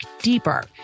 deeper